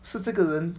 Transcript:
是这个人